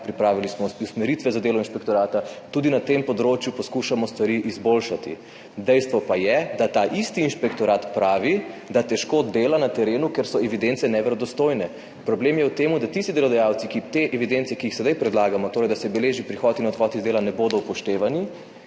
pripravili smo usmeritve za delo inšpektorata, tudi na tem področju poskušamo stvari izboljšati. Dejstvo pa je, da ta isti inšpektorat pravi, da težko dela na terenu, ker so evidence neverodostojne. Problem je v tem, da bodo tisti delodajalci, ki te evidence, ki jih sedaj predlagamo, torej da se beleži prihod in odhod z dela, ne bodo upoštevali